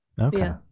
okay